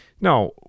Now